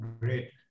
great